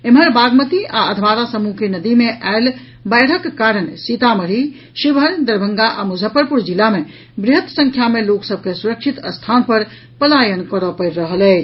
एम्हार बागमती आ अधवारा समूह के नदी मे आयल बाढ़िक कारण सीतामढ़ी शिवहर दरभंगा आ मुजफ्फरपुर जिला मे वृहत संख्या मे लोक सभ के सुरक्षित स्थान पर पलायन करऽ परि रहल अछि